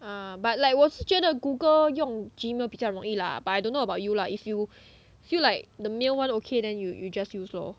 ah but like 我是觉得 google 用 gmail 比较容易 lah but I don't know about you lah if you feel like the mail [one] okay then you you just use lor